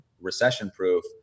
recession-proof